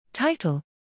Title